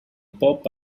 pop